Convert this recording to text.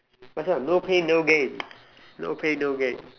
Macha no pain no gain no pain no gain